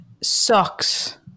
sucks